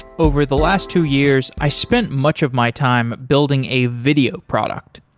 over the last two years, i spent much of my time building a video product.